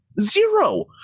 Zero